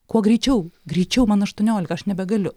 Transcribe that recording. kuo greičiau greičiau man aštuoniolika aš nebegaliu